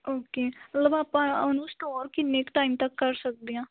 okay ਮਤਲਬ ਆਪਾਂ ਉਹਨੂੰ ਸਟੋਰ ਕਿੰਨੇ ਕੁ ਟਾਈਮ ਤੱਕ ਕਰ ਸਕਦੇ ਹਾਂ